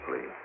please